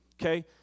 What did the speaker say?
Okay